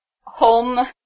home